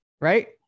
Right